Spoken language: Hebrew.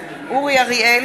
אריאל,